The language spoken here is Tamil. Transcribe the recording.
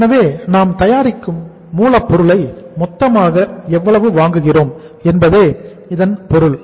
எனவே நாம் தயாரிக்கும் மூலப்பொருளை மொத்தமாக எவ்வளவு வாங்குகிறோம் என்பதே இதன் பொருள்